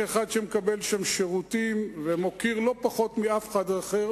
כאחד שמקבל שם שירותים ומוקיר לא פחות מאף אחד אחר,